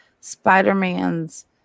Spider-Man's